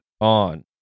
on